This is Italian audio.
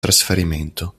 trasferimento